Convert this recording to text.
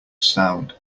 sound